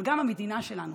אבל גם המדינה שלנו